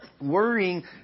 worrying